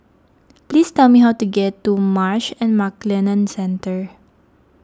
please tell me how to get to Marsh and McLennan Centre